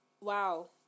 wow